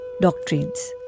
doctrines